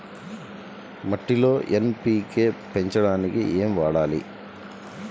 మట్టిలో ఎన్.పీ.కే పెంచడానికి ఏమి వాడాలి?